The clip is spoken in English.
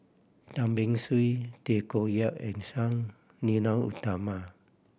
Tan Beng Swee Tay Koh Yat and Sang Nila Utama